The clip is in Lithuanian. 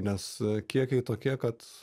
nes kiekiai tokie kad